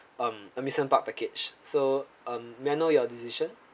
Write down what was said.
um amusement park package so um may I know your decision